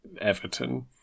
Everton